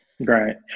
right